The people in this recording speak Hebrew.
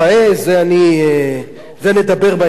על זה נדבר בהמשך.